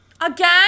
Again